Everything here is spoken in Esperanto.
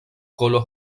kolo